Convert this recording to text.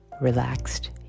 relaxed